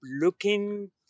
looking